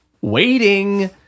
Waiting